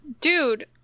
Dude